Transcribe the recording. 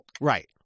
right